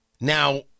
Now